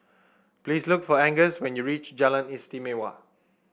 please look for Angus when you reach Jalan Istimewa